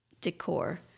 decor